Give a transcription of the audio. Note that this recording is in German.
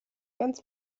ganz